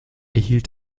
erhielt